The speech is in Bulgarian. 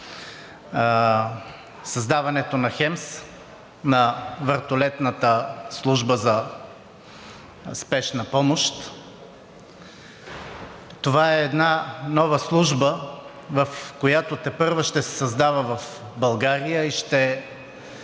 създаването на ХСМС – на вертолетната служба за спешна помощ. Това е нова служба, която тепърва ще се създава в България, и в